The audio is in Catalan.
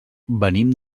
venim